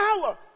power